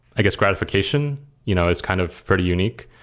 i guess, gratification you know is kind of pretty unique.